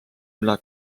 üle